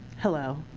hello.